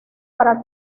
para